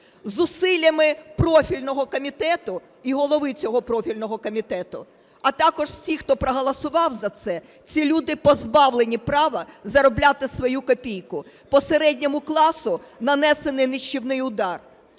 Зусиллями профільного комітету і голови цього профільного комітету, а також всіх, хто проголосував за це, ці люди позбавлені права заробляти свою копійку, по середньому класу нанесений нищівний удар.